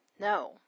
No